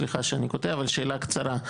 סליחה שאני קוטע אבל שאלה קצרה,